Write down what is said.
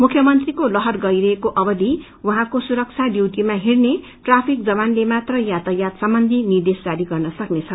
पुख्यमंत्रीको जहर गईरहेको अवधि वहाँको सुरब्धा डयूटीमा हिइने ट्राफिक जवानले मात्र यातायात सम्बन्धी निर्देश जारी गर्न सकनेछ